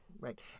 Right